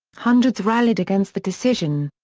hundreds rallied against the decision.